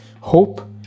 Hope